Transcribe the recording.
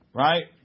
right